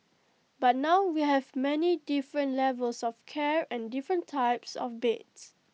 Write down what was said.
but now we have many different levels of care and different types of beds